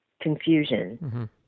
confusion